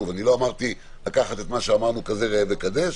לא אמרתי לקחת את מה שאמרנו ככזה ראה וקדש,